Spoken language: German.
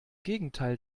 gegenteil